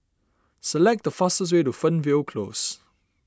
select the fastest way to Fernvale Close